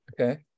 Okay